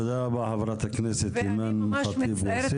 תודה רבה, חברת הכנסת אימאן ח'טיב יאסין.